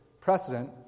precedent